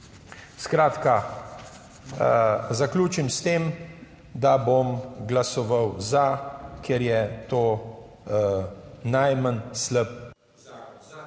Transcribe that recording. Skratka, zaključim s tem, da bom glasoval "za", ker je to najmanj slab